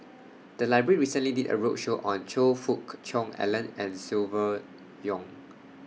The Library recently did A roadshow on Choe Fook Cheong Alan and Silvia Yong